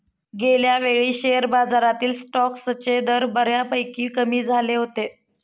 गेल्यावेळी शेअर बाजारातील स्टॉक्सचे दर बऱ्यापैकी कमी झाले होते